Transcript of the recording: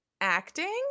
acting